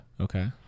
Okay